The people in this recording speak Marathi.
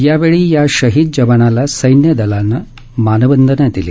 यावेळी या शहीद जवानाला सक्र्यदलानं मानवंदना दिली